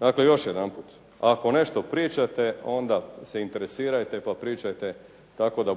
Dakle, još jedanput ako nešto pričate onda se interesirajte pa pričajte tako da